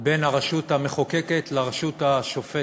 בין הרשות המחוקקת לרשות השופטת.